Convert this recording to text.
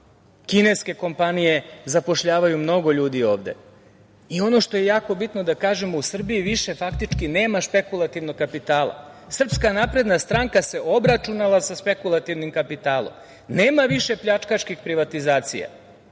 Kineske kompanije zapošljavaju mnogo ljudi ovde. Ono što je jako bitno da kažemo, u Srbiji više faktički nema spekulativnog kapitala. SNS se obračunala sa spekulativnim kapitalom. Nema više pljačkaških privatizacija.